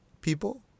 people